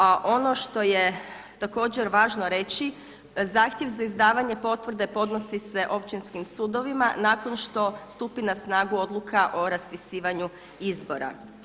A ono što je također važno reći, zahtjev za izdavanje potvrde podnosi se općinskim sudovima nakon što stupi na snagu odluka o raspisivanju izbora.